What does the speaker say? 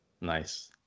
Nice